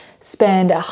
spend